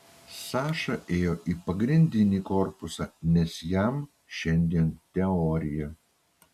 saša ėjo į pagrindinį korpusą nes jam šiandien teorija